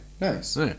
Nice